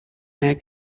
mehr